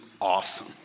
awesome